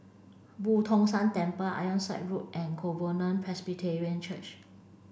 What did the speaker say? Boo Tong San Temple Ironside Road and Covenant Presbyterian Church